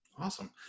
Awesome